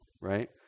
right